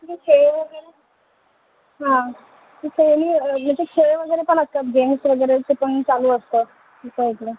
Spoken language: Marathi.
खेळ वगैरे हां तिथे आणि याच्यात खेळ वगैरे पण असतात गेम्स वगैरेचे पण चालू असतं असं ऐकलं